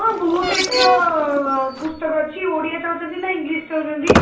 ହଁ ବହୁତ ଟାଇପ୍ର ପୁସ୍ତକ ଅଛି ଓଡ଼ିଆ ଚାହୁଁଛନ୍ତି ନା ଇଂଲିଶ୍ ଚାହୁଁଛନ୍ତି